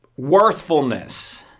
worthfulness